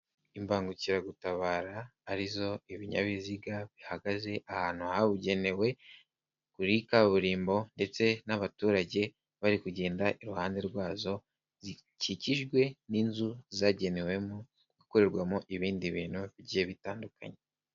Imbangukiragutabara ari zo ibinyabiziga bihagaze ahantu habugenewe kuri kaburimbo ndetse n'abaturage bari kugenda iruhande rwazo, zikikijwe n'inzu zagenewemo gukorerwamo ibindi bintu bigiye bitandukanye.